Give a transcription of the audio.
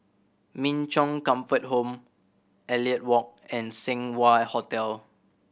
Min Chong Comfort Home Elliot Walk and Seng Wah Hotel